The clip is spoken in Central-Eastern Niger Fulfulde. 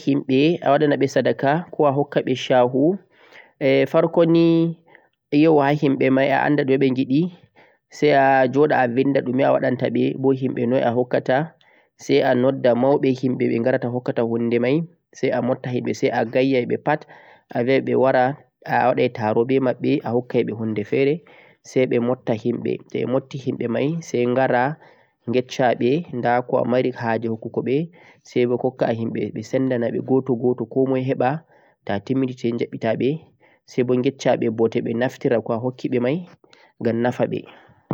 Ta'awaɗanai himɓe kairu koh sadaka, arannii yahu ha maɓɓe a anda koh ɓe mari haàje, sai nudda mauɗo maɓɓe adileejo sai kokkamo o sendana ɓe